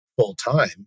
full-time